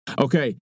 Okay